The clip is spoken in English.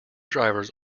drivers